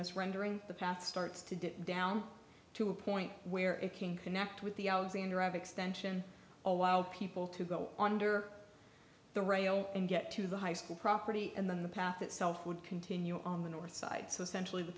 this rendering the path starts to dip down to a point where it can connect with the alexander of extension allowed people to go under the rail and get to the high school property and then the path itself would continue on the north side so essentially the